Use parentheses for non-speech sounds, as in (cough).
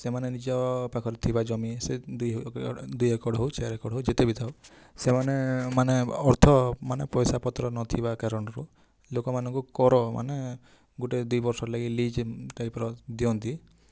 ସେମାନେ ନିଜ ପାଖରେ ଥିବା ଜମି ସେ ଦୁଇ ଏକର ହେଉ ଚାରି ଏକର ହେଉ ଯେତେ ବି ଥାଉ ସେମାନେ ମାନେ ଅର୍ଥ ମାନେ ପଇସାପତ୍ର ନଥିବା କାରଣରୁ ଲୋକମାନଙ୍କୁ କର ମାନେ ଗୋଟେ ଦୁଇ ବର୍ଷ ଲାଗି (unintelligible) ଟାଇପ୍ର ଦିଅନ୍ତି